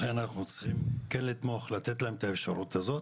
לכן אנחנו צריכים כן לתמוך על מנת לתת להם את האפשרות הזאת